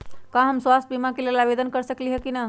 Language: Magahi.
का हम स्वास्थ्य बीमा के लेल आवेदन कर सकली ह की न?